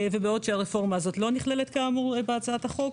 ובעוד שהרפורמה הזאת לא נכללת כאמור בהצעת החוק,